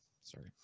Sorry